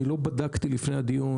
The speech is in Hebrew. לא בדקתי לפני הדיון,